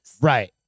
Right